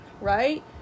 right